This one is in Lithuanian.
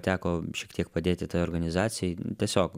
teko šiek tiek padėti tai organizacijai tiesiog